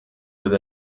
with